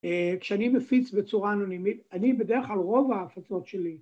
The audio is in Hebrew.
כשאני מפיץ בצורה אנונימית, אני בדרך כלל רוב ההפצות שלי